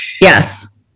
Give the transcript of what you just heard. yes